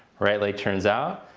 right leg turns out.